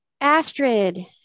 Astrid